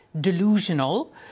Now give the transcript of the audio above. delusional